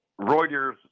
Reuters